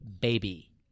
Baby